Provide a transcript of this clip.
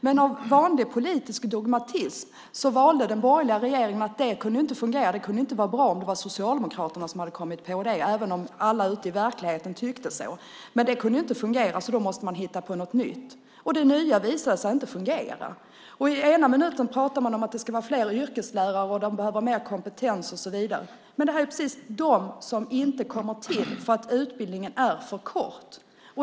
Men av vanlig politisk dogmatism valde den borgerliga regeringen att det inte kunde fungera. Det kunde inte vara bra om det var Socialdemokraterna som hade kommit på det även om alla ute i verkligheten tyckte så. Det kunde inte fungera, och därför måste man hitta på något nytt. Det nya visade sig inte fungera. I ena minuten talar man om att det ska vara fler yrkeslärare, att de behöver mer kompetens, och så vidare. Det är precis de som inte kommer till därför att utbildningen är för kort.